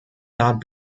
not